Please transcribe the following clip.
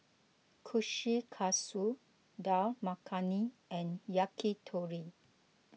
Kushikatsu Dal Makhani and Yakitori